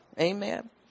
Amen